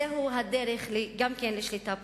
זוהי גם דרך לשליטה פוליטית.